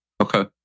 okay